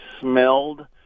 smelled